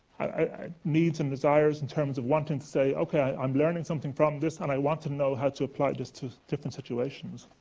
needs and desires in terms of wanting to say, okay, i'm learning something from this, and i want to know how to apply this to different situations.